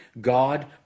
God